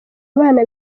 abana